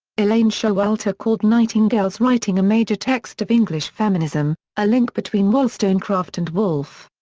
elaine showalter called nightingale's writing a major text of english feminism, a link between wollstonecraft and woolf.